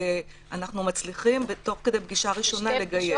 ואנחנו מצליחים תוך כדי פגישה ראשונה לגייס.